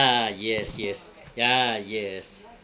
yes yes ya yes